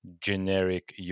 generic